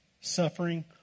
suffering